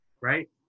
right